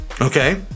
okay